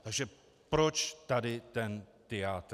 Takže proč tady ten tyjátr?